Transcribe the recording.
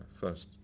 first